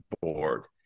Board